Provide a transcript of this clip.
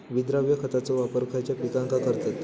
विद्राव्य खताचो वापर खयच्या पिकांका करतत?